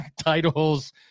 titles